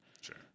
Sure